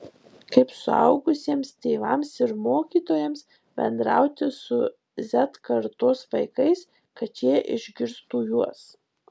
kaip suaugusiems tėvams ir mokytojams bendrauti su z kartos vaikais kad šie išgirstų juos